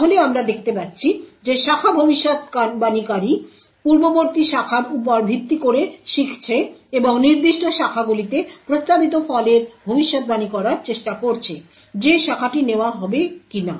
তাহলে আমরা দেখতে পাচ্ছি যে শাখা ভবিষ্যদ্বাণীকারী পূর্ববর্তী শাখার উপর ভিত্তি করে শিখছে এবং নির্দিষ্ট শাখাগুলিতে প্রস্তাবিত ফলাফলের ভবিষ্যদ্বাণী করার চেষ্টা করছে যে শাখাটি নেওয়া হবে কিনা